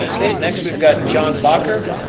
okay, next, we've got john bacher.